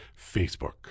Facebook